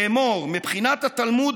לאמור: מבחינת התלמוד,